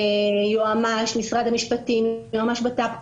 יועמ"ש משרד המשפטים, יועמ"ש בט"פ.